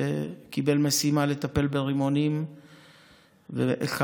כשקיבל משימה לטפל ברימונים ואחד